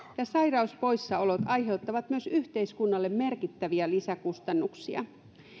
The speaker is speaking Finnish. ja sairauspoissaolot aiheuttavat myös yhteiskunnalle merkittäviä lisäkustannuksia